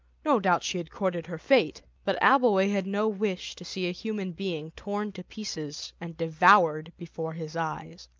no doubt she had courted her fate, but abbleway had no wish to see a human being torn to pieces and devoured before his eyes.